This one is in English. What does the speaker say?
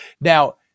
now